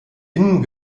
innen